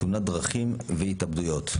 תאונות דרכים והתאבדויות.